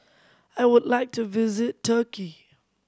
I would like to visit Turkey